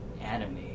anime